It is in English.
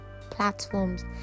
platforms